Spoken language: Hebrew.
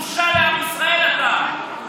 בושה לעם ישראל אתה.